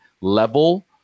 level